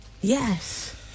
Yes